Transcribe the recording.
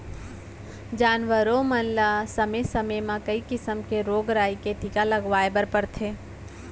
जानवरों मन ल समे समे म कई किसम के रोग राई के टीका लगवाए बर परथे